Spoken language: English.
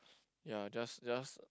ya just just